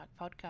podcast